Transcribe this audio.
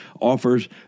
offers